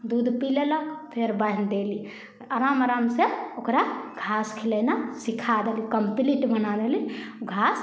दूध पी लेलक फेर बान्हि देली आराम आराम से ओकरा घास खिलेना सिखा देली कम्प्लीट बना देली ओ घास